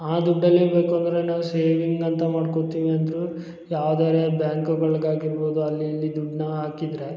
ಆ ದುಡ್ಡಲ್ಲಿ ಬೇಕು ಅಂದ್ರೆ ನಾವ್ ಸೇವಿಂಗ್ ಅಂತ ಮಾಡ್ಕೊತಿವಿ ಅಂದ್ರು ಯಾವ್ದರೇ ಬ್ಯಾಂಕುಗಳ್ಗ್ ಆಗಿರ್ಬೋದು ಅಲ್ಲಿ ಇಲ್ಲಿ ದುಡ್ನ ಹಾಕಿದ್ರೆ